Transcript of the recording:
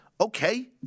Okay